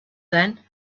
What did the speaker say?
then